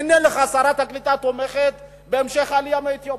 הנה לך, שרת הקליטה תומכת בהמשך העלייה מאתיופיה,